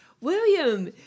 William